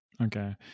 Okay